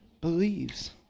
Believes